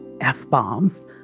F-bombs